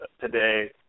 today